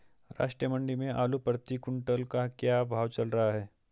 राष्ट्रीय मंडी में आलू प्रति कुन्तल का क्या भाव चल रहा है?